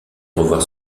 revoir